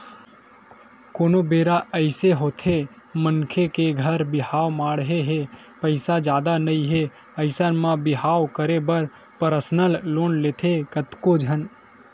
कोनो बेरा अइसे होथे मनखे के घर बिहाव माड़हे हे पइसा जादा नइ हे अइसन म बिहाव करे बर परसनल लोन लेथे कतको झन